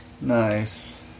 Nice